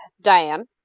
Diane